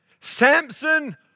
Samson